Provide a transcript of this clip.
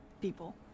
people